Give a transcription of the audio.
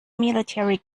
military